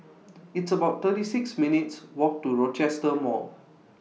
It's about thirty six minutes' Walk to Rochester Mall